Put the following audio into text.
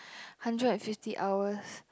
hundred and fifty hours